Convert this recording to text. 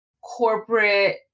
corporate